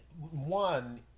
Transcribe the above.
one